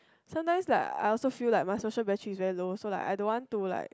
sometimes like I also feel like my social battery is very low so like I don't want to like